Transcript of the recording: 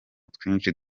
twinshi